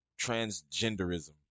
transgenderism